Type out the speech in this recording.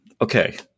okay